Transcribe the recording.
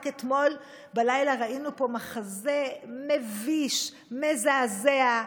רק אתמול בלילה ראיתי פה מחזה מביש, מזעזע,